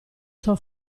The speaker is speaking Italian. sua